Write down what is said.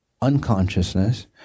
unconsciousness